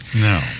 no